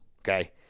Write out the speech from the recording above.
okay